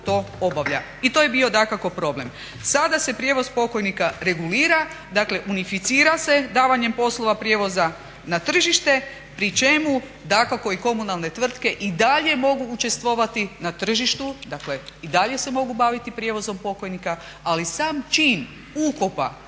to obavlja i to je bio dakako problem. Sada se prijevoz pokojnika regulira, dakle unificira se davanjem poslova prijevoza na tržište pri čemu dakako i komunalne tvrtke i dalje mogu učestvovati na tržištu, dakle i dalje se mogu baviti prijevozom pokojnika, ali sam čin ukopa